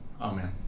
amen